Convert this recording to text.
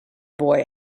boy